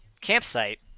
campsite